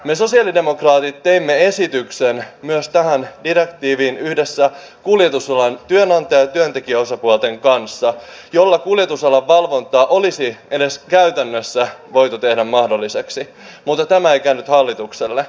me sosialidemokraatit teimme myös tähän direktiiviin yhdessä kuljetusalan työnantaja ja työntekijäosapuolten kanssa esityksen jolla kuljetusalan valvonta olisi edes käytännössä voitu tehdä mahdolliseksi mutta tämä ei käynyt hallitukselle